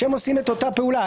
שעושים אותה פעולה.